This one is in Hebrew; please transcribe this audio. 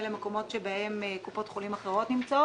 למקומות שבהן נמצאות קופות חולים אחרות,